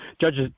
Judges